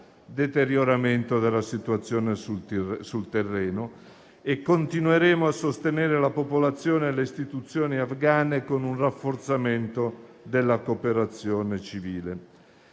deterioramento della situazione sul terreno, e continueremo a sostenere la popolazione e le istituzioni afghane con un rafforzamento della cooperazione civile.